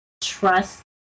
trust